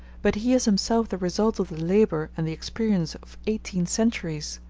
but he is himself the result of the labor and the experience of eighteen centuries.